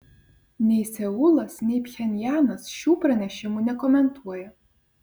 nei seulas nei pchenjanas šių pranešimų nekomentuoja